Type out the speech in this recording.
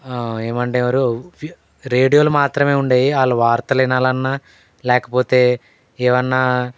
ఏమండేవారు రేడియోలు మాత్రమే ఉండేయి వాళ్ళు వార్తలు వినాలన్నా లేకపోతే ఏమన్నా